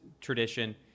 tradition